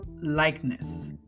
likeness